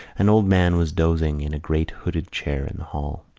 an old man was dozing in a great hooded chair in the hall.